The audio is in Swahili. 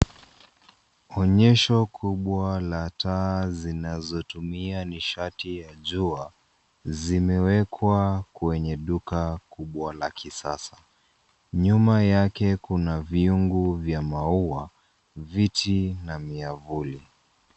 Onyesho kubwa la taa zinazotumia nishati ya jua zimewekwa kwenye duka kubwa la kisasa. Nyum yake kuna vyungu vya maua viti na miavuli.